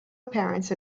appearance